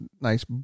nice